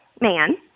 man